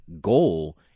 goal